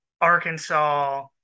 Arkansas –